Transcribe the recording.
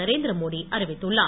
நரேந்திர மோடி அறிவித்துள்ளார்